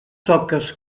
soques